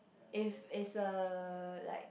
if it's a like